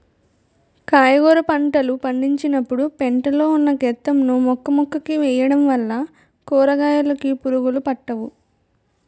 కాయగుర పంటలు పండించినపుడు పెంట లో ఉన్న గెత్తం ను మొక్కమొక్కకి వేయడం వల్ల కూరకాయలుకి పురుగులు పట్టవు